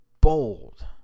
bold